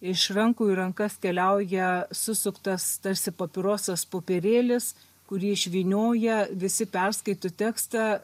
iš rankų į rankas keliauja susuktas tarsi papirosas popierėlis kurį išvynioja visi perskaito tekstą